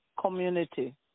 community